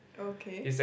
okay